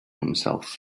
himself